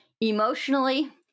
emotionally